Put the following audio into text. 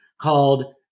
called